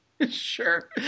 Sure